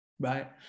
Right